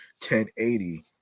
1080